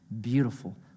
beautiful